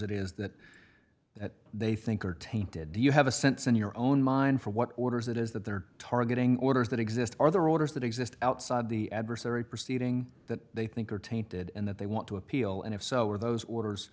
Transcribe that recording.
it is that that they think are tainted do you have a sense in your own mind for what orders it is that they're targeting orders that exist are there orders that exist outside the adversary proceeding that they think are tainted and that they want to appeal and if so are those orders